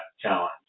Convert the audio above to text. challenge